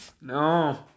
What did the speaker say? No